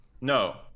no